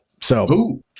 So-